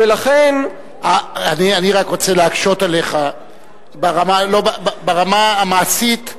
אני רק רוצה להקשות עליך, ברמה המעשית,